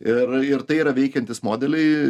ir ir tai yra veikiantys modeliai